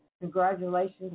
congratulations